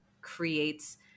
creates